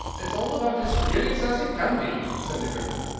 it's all about as curious as it can be, said the gryphon.